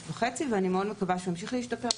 וחצי ואני מקווה מאוד שזה ימשיך להשתפר.